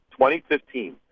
2015